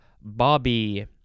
Bobby